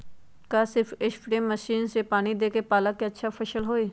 का सिर्फ spray machine से पानी देके पालक के अच्छा फसल होई?